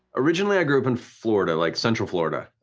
originally i grew up in florida, like central florida.